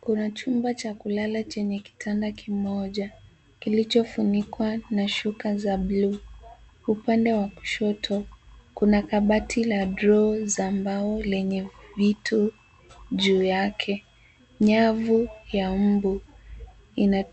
Kuna chumba cha kulala chenye kitanda kimoja kilichofunikwa na shuka za bluu. Upande wa kushoto kuna kabati la droo za mbao lenye vitu juu yake. Nyavu ya mbu